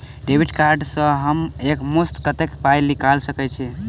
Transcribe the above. Debit card सँ हम एक मुस्त कत्तेक पाई निकाल सकय छी?